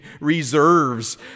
reserves